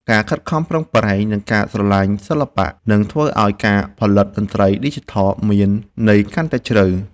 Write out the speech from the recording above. ការខិតខំប្រឹងប្រែង និង ការស្រឡាញ់សិល្បៈនឹងធ្វើឱ្យការផលិតតន្ត្រីឌីជីថលមានន័យកាន់តែជ្រៅ។